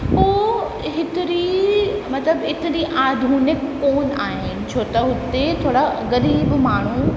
उहो हेतिरी मतलबु एतिरी आधुनिक कोन आहिनि छो त हुते थोरा ग़रीब माण्हू